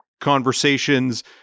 conversations